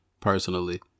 personally